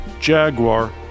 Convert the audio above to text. Jaguar